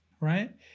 right